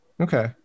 okay